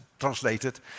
translated